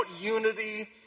unity